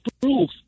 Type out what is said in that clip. prove